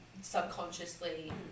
subconsciously